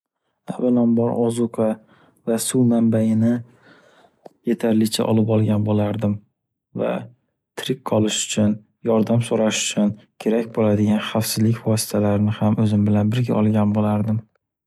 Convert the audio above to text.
Avvalambor ozuqa, suv manbaiini yetarlicha olib olgan bo’lardim va tirik qolish uchun, yordam so’rash uchun kerak bo’ladigan xavfsizlik vositalarini ham o’zim bilan birga olgam bo’lardim.